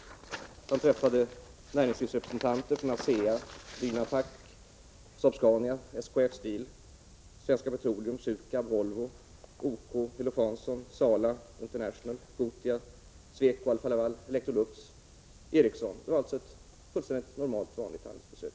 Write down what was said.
Vidare träffade han näringslivsrepresentanter från bl.a. ASEA, Biva Pack, Saab-Scania, SKF Steel, Svenska Petroleum, Sukab, Volvo, OK, Elof Hansson, Sala International, Gothia, Sweco, Alfa-Laval, Electrolux och Ericsson. Det var alltså ett fullständigt normalt handelsbesök.